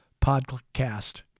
podcast